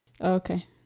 Okay